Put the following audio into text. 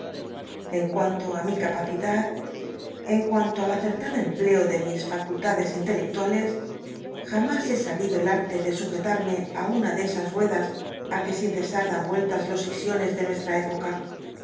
en cuanto á mi capacidad en cuanto al acertado empleo de mis facultades intelectuales jamas he sabido el arte de sujetarme á una de esas ruedas á que sin cesar dan melt s los ixiones de nuestra época